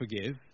forgive